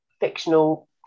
fictional